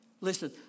Listen